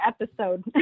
episode